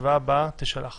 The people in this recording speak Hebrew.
הישיבה הבאה תישלח